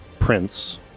Prince